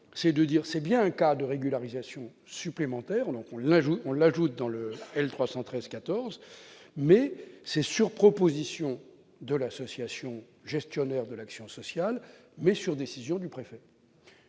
à prévoir un cas de régularisation supplémentaire à l'article L. 313-14 du CESEDA, sur proposition de l'association gestionnaire de l'action sociale, mais sur décision du préfet.